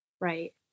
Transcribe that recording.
Right